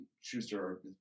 Schuster